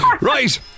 Right